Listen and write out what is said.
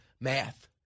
math